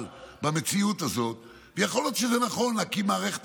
אבל במציאות הזאת יכול להיות שזה נכון להקים מערכת